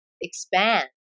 expand